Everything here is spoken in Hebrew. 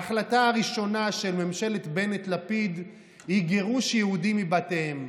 ההחלטה הראשונה של ממשלת בנט-לפיד היא גירוש יהודים מבתיהם,